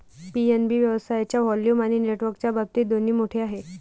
PNB व्यवसायाच्या volume आणि नेटवर्कच्या बाबतीत दोन्ही मोठे आहे